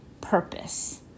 purpose